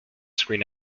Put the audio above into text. screen